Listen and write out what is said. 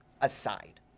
aside